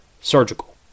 surgical